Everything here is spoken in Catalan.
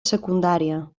secundària